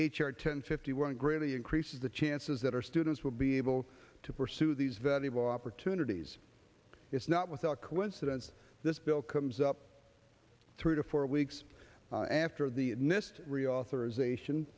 r ten fifty one greatly increases the chances that are students will be able to pursue these valuable opportunities it's not without coincidence this bill comes up three to four weeks after the nist reauthorization